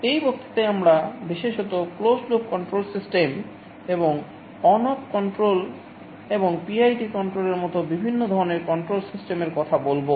এই বক্তৃতায় আমরা বিশেষত ক্লোজড লুপ কন্ট্রোল সিস্টেম এর কথা বলব